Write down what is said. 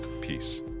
peace